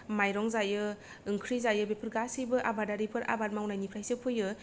माइरं जायो ओंख्रि जायो बेफोर गासैबो आबादारिफोरा आबाद मावनायनिफ्रायसो फैयो